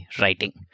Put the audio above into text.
writing